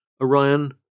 Orion